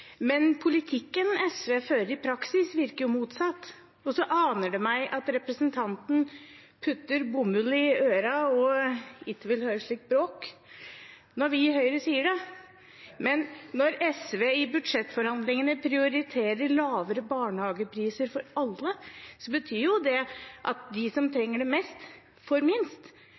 motsatt, og det aner meg at representanten putter «bomull i øra» og «vil itte høre slik bråk» når vi i Høyre sier det. Men når SV i budsjettforhandlingene prioriterer lavere barnehagepriser for alle, betyr jo det at de som trenger det mest, får minst.